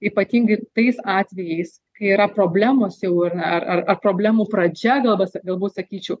ypatingai tais atvejais kai yra problemos jau yra ar ar ar problemų pradžia galbas galbūt sakyčiau